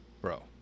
Bro